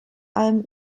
allem